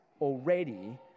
already